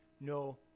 no